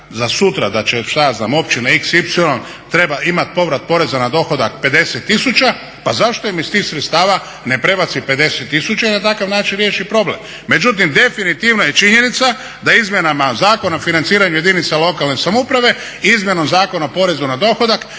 za sutra da će šta ja znam općina x, y treba imati povrat poreza na dohodak 50000 pa zašto im iz tih sredstava ne prebaci 50000 i na takav način riješi problem. Međutim, definitivno je činjenica da izmjenama Zakona o financiranju jedinica lokalne samouprave i izmjenom Zakona o porezu na dohodak